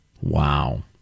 Wow